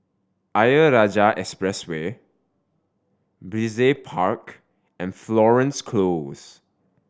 Ayer Rajah Expressway Brizay Park and Florence Close